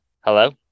Hello